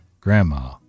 Grandma